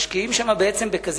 משקיעים שם בקזינו,